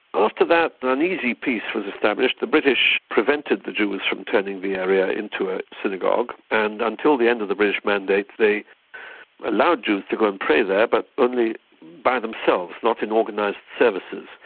after that an uneasy peace was established. the british prevented the jews from turning the area into a synagogue. and until the end of the british mandate they allowed jews to go and pray there but only by themselves, not in organised services,